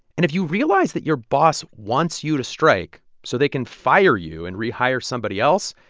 and if you realize that your boss wants you to strike so they can fire you and rehire somebody else,